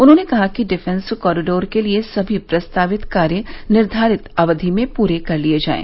उन्होंने कहा कि डिफेंस कॉरिडोर के लिये सभी प्रस्तावित कार्ये निर्धारित अवधि में पूरे कर लिये जाये